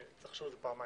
צריך לחשוב על זה פעמיים.